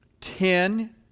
ten